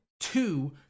two